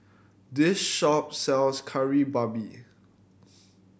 this shop sells Kari Babi